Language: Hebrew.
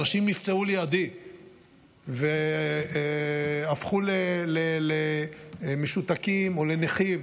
אנשים נפצעו לידי והפכו למשותקים או לנכים,